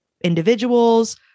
individuals